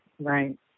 Right